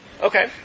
Okay